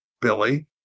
Billy